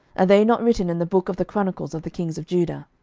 are they not written in the book of the chronicles of the kings of judah?